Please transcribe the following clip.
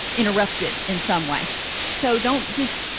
interrupted in some way so don't dis